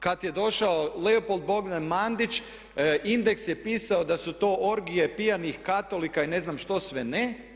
Kad je došao Leopold Bogdan Mandić Index.hr je pisao da su to orgije pijanih katolika i ne znam što sve ne.